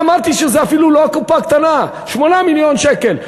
ואמרתי שזה אפילו לא הקופה הקטנה, 8 מיליון שקל.